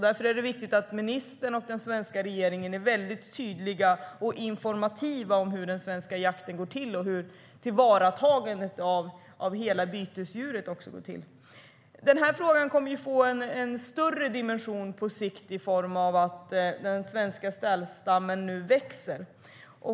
Därför är det viktigt att ministern och den svenska regeringen är väldigt tydliga och informativa om hur den svenska jakten går till och hur tillvaratagandet av hela bytesdjuret går till. Den här frågan kommer att få en större dimension på sikt i form av att den svenska sälstammen nu växer.